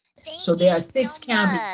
so there are six counties